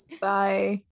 Bye